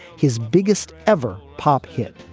his biggest ever pop hit.